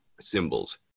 symbols